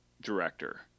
director